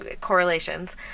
correlations